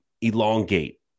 elongate